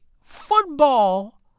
football